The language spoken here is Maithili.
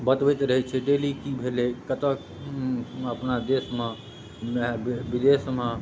बतबैत रहै छै डेली की भेलै कतऽ अपना देशमे या विदेशमे